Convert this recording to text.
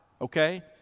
okay